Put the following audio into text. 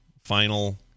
final